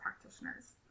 practitioners